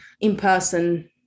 in-person